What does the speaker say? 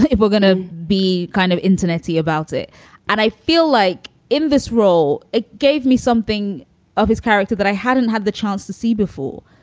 if we're gonna be kind of insanity about it and i feel like in this role, it gave me something of his character that i hadn't had the chance to see before.